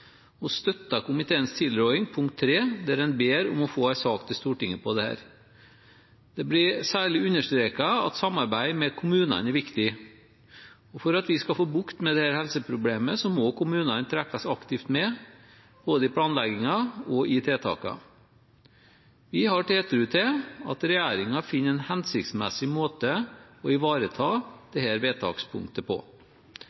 og støtter komiteens tilråding til III, der en ber om å få en sak til Stortinget om dette. Det blir særlig understreket at samarbeid med kommunene er viktig. For at vi skal få bukt med dette helseproblemet, må kommunene trekkes aktivt med, både i planleggingen og i tiltakene. Vi har tiltro til at regjeringen finner en hensiktsmessig måte å ivareta